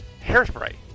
Hairspray